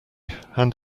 hand